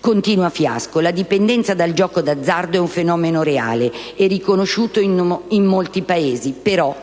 Continua il professor Fiasco: «La dipendenza dal gioco d'azzardo è un fenomeno reale e riconosciuto in molti Paesi, ma